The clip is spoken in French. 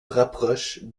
rapprochent